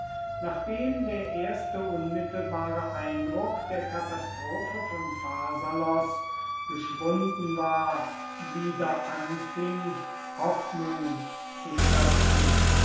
nachdem der erste unmittelbare eindruck der katastrophe von pharsalos geschwunden war wieder anfing hoffnung zu schöpfen